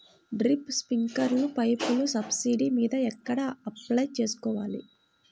Drip, స్ప్రింకర్లు పైపులు subsidy మీద ఎక్కడ అప్లై చేసుకోవాలి?